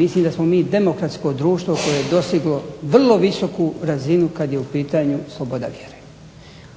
mislim da smo mi demokratsko društvo koje je doseglo vrlo visoku razinu kad je u pitanju sloboda vjere.